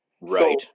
right